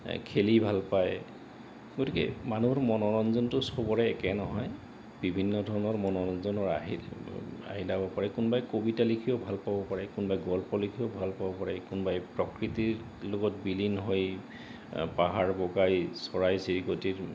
খেলি ভাল পায় গতিকে মানুহৰ মনোৰঞ্জনটো চবৰে একে নহয় বিভিন্ন ধৰণৰ মনোৰঞ্জনৰ আহি আহিলাব পাৰে কোনোবাই কবিতা লিখিও ভাল পাব পাৰে কোনোবাই গল্প লিখিও ভাল পাব পাৰে কোনোবাই প্ৰকৃতিৰ লগত বিলীন হৈ পাহাৰ বগাই চৰাই চিৰিকতিৰ